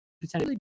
potentially